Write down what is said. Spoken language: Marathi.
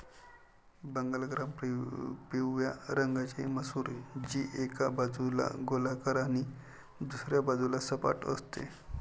बंगाल ग्राम पिवळ्या रंगाची मसूर, जी एका बाजूला गोलाकार आणि दुसऱ्या बाजूला सपाट असते